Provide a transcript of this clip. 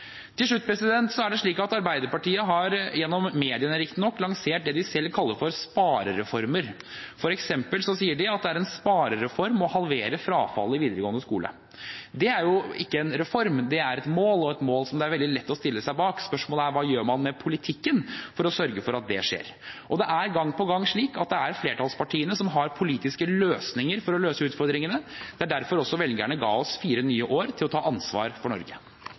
Til slutt er det slik at Arbeiderpartiet har, gjennom mediene riktignok, lansert det de selv kaller for sparereformer. For eksempel sier de at det er en sparereform å halvere frafallet i videregående skole. Det er jo ikke en reform, det er et mål, og et mål som det er veldig lett å stille seg bak. Spørsmålet er bare: Hva gjør man med politikken for å sørge for at det skjer? Og det er gang på gang slik at det er flertallspartiene som har politiske løsninger for å løse utfordringene. Det er derfor velgerne også ga oss fire nye år for å ta ansvar for Norge.